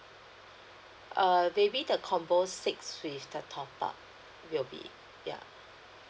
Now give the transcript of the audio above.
err maybe the combo six with the top up will be yeah